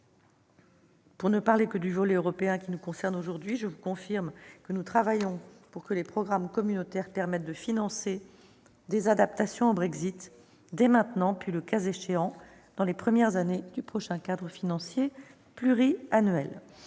Pour ne parler que du volet européen qui nous concerne aujourd'hui, je vous confirme que nous travaillons pour que les programmes européens permettent de financer des adaptations au Brexit dès maintenant, puis, le cas échéant, dans les premières années du prochain cadre financier pluriannuel.